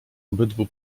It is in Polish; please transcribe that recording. obydwu